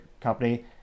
company